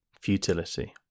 Futility